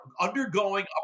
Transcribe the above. undergoing